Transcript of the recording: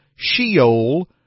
Sheol